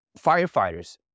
firefighters